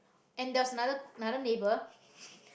and there was other another neighbour